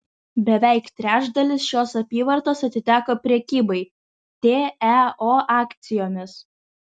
beveik trečdalis šios apyvartos atiteko prekybai teo akcijomis